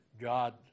God